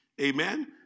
amen